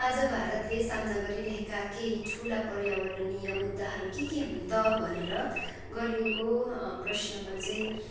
आज भारतले साम्ना गरिरहेका केहि ठुला पर्यावरणीय मुद्दाहरू के के हुन् त भनेर गरिएको प्रश्नमा चाहिँ